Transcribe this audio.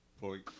point